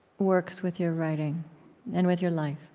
works with your writing and with your life